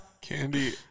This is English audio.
Candy